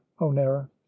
onera